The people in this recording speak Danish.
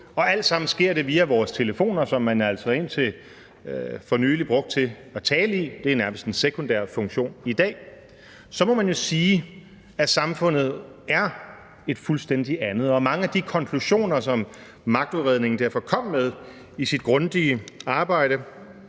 alt sammen via vores telefoner, som man altså indtil for nylig brugte til at tale i, men det er nærmest en sekundær funktion i dag. Så man må sige, at samfundet er et fuldstændig andet, og at mange af de konklusioner, som udvalget bag magtudredningen kom med i deres grundige arbejde,